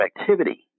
activity